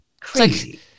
crazy